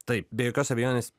taip be jokios abejonės